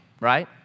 right